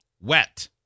wet